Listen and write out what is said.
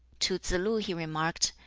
to tsz-lu he remarked,